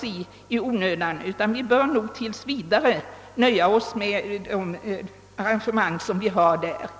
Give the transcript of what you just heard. vi inte i onödan försätta oss i. Vi bör nog därför tills vidare nöja oss med det arrangemang vi för närvarande har.